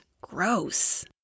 Gross